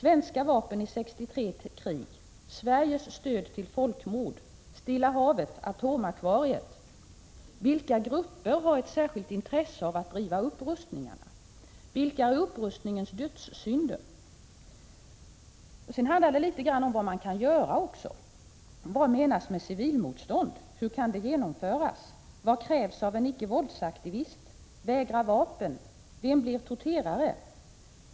—- Vilka grupper har ett särskilt intresse att driva upp rustningarna? —- Vilka är upprustningens ”dödssynder'?” Sedan finns det kapitel om vad män kan göra. Jag läser upp följande rubriker: "> Vad menas med civilmotstånd? — Hur kan det genomföras? — Vad krävs av en icke-våldsaktivist? — Vem blir torterare?